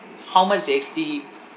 how much they actually